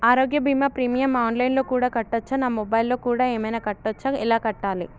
ఆరోగ్య బీమా premium online లో కూడా కట్టచ్చా? నా మొబైల్లో కూడా ఏమైనా కట్టొచ్చా? ఎలా కట్టాలి?